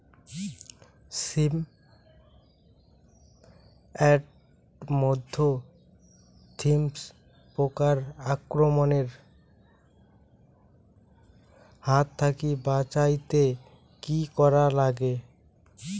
শিম এট মধ্যে থ্রিপ্স পোকার আক্রমণের হাত থাকি বাঁচাইতে কি করা লাগে?